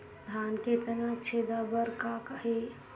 धान के तनक छेदा बर का हे?